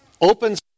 opens